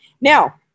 Now